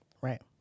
Right